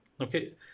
Okay